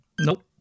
Nope